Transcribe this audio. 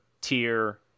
Tier